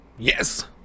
Yes